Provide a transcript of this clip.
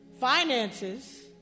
finances